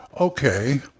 okay